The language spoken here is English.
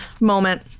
moment